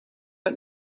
but